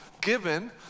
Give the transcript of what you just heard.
given